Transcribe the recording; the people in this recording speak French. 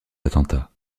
attentats